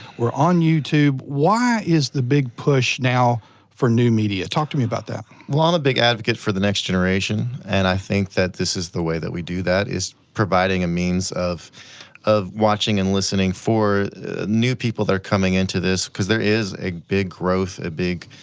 we're on youtube, why is the big push now for new media? talk to me about that. well i'm um a big advocate for the next generation, and i think that this is the way that we do that is providing a means of of watching and listening for new people that are coming into this, cause there is a big growth, a big